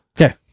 Okay